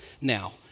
Now